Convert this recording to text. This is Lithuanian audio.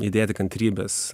įdėti kantrybės